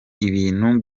ibintu